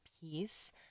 piece